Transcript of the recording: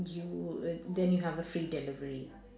you uh then you have the free delivery